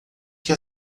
que